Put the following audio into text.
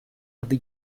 adi